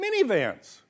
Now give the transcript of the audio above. minivans